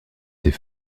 t’ai